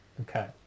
Okay